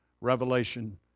Revelation